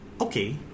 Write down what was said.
Okay